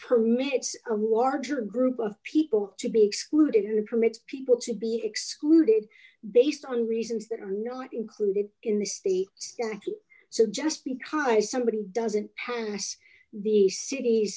permits award your group of people to be excluded who permits people to be excluded based on reasons that are not included in the state so just because somebody doesn't pass the city